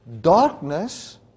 darkness